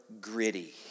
gritty